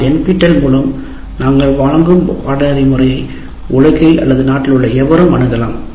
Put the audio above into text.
ஆனால் NPTEL மூலம் நாங்கள் வழங்கும் பாடநெறி முறையை உலகில் அல்லது நாட்டில் உள்ள எவரும் அணுகலாம்